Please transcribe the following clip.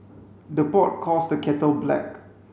the pot calls the kettle black